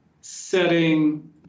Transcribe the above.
setting